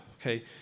Okay